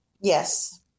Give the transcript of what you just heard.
Yes